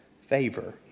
favor